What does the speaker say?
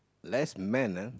less men ah